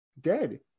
dead